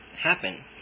happen